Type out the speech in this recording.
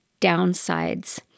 downsides